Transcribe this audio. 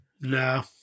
No